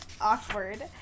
awkward